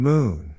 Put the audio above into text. Moon